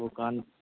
او کان